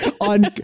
On